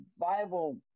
Bible